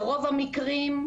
ברוב המקרים,